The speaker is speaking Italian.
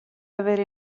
avere